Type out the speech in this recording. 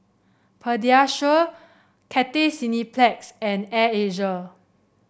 Pediasure Cathay Cineplex and Air Asia